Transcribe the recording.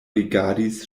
rigardis